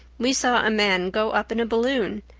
we saw a man go up in a balloon.